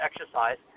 exercise